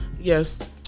yes